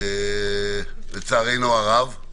לצערנו הרב.